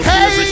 Hey